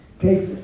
takes